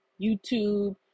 YouTube